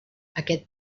aquest